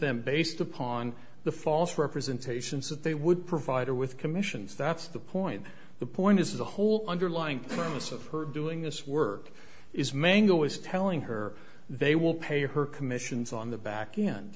them based upon the false representations that they would provide her with commissions that's the point the point is the whole underlying for doing this work is mangal is telling her they will pay her commissions on the back